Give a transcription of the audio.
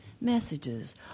messages